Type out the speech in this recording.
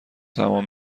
تمام